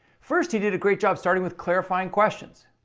first, he did a great job starting with clarifying questions.